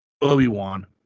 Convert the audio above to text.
Obi-Wan